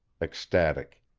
ecstatic.